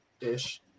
ish